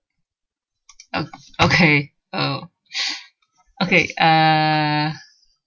o~ okay oh okay err